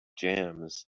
jams